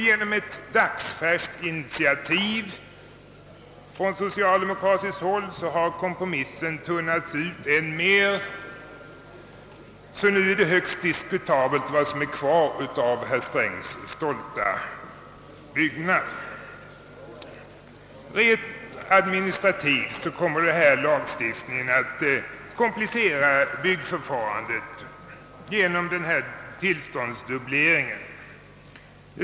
Genom ett dagsfärskt initiativ från socialdemokratiskt håll har kompromissen tunnats ut än mer, så nu är det högst diskutabelt vad som är kvar av herr Strängs stolta byggnad. Rent administrativt kommer den här lagstiftningen att komplicera byggförfarandet genom tillståndsdubbleringen.